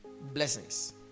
blessings